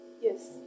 Yes